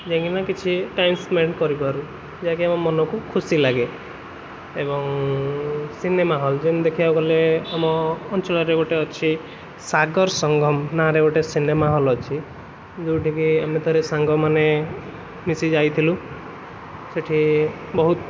ଯାଇକିନା କିଛି time spend କରିପାରୁ ଯାହାକି ଆମ ମନକୁ ଖୁସି ଲାଗେ ଏବଂ ସିନେମା ହଲ ଯେମିତି ଦେଖିବାକୁଗଲେ ଆମ ଅଞ୍ଚଳରେ ଗୋଟେ ଅଛି ସାଗରସଂଘମ ନାଁରେ ଗୋଟେ ସିନେମା ହଲ ଅଛି ଯେଉଁଠିକି ଆମେ ଥରେ ସାଙ୍ଗମାନେମିଶି ଯାଇଥିଲୁ ସେଇଠି ବହୁତ